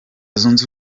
zunze